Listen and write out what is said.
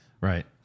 Right